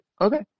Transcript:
Okay